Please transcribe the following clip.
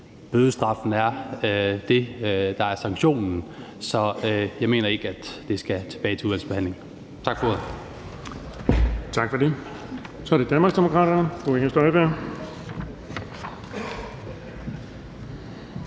Bødestraffen er det, der er sanktionen. Så jeg mener ikke, at det skal tilbage til udvalgsbehandling. Tak for ordet. Kl. 14:28 Den fg. formand